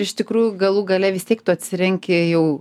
iš tikrųjų galų gale vis tiek tu atsirenki jau